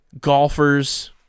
golfers